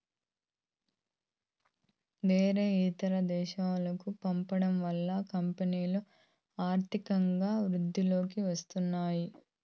వేరే ఇతర దేశాలకు పంపడం వల్ల కంపెనీలో ఆర్థికంగా వృద్ధిలోకి వస్తాయి